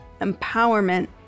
empowerment